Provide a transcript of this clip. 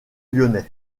lyonnais